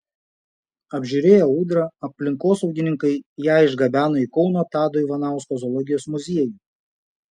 apžiūrėję ūdrą aplinkosaugininkai ją išgabeno į kauno tado ivanausko zoologijos muziejų